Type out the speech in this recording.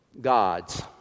God's